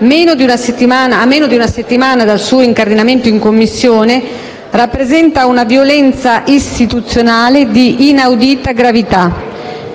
a meno di una settimana dal suo incardinamento in Commissione, rappresenta una violenza istituzionale di inaudita gravità.